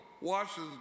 washes